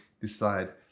decide